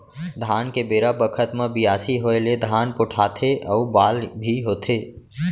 धान के बेरा बखत म बियासी होय ले धान पोठाथे अउ बाल भी होथे